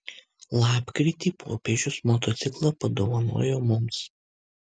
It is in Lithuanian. lapkritį popiežius motociklą padovanojo mums